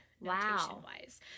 notation-wise